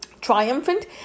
triumphant